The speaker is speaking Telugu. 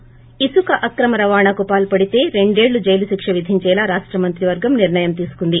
ి ఇసుక అక్రమ రవాణాకు పాల్పడితే రెండేళ్లు జైలు శిక్ష విధించేలా రాష్ట మంత్రి వర్గం నిర్లయం తీసుకుంది